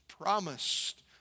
promised